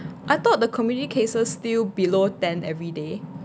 I thought the committee cases still below ten every day